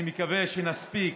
אני מקווה שנספיק